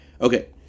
Okay